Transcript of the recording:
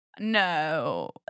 No